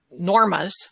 normas